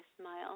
smile